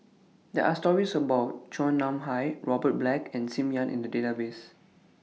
There Are stories about Chua Nam Hai Robert Black and SIM Ann in The Database